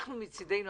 אנחנו מצדנו,